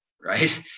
right